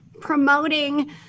promoting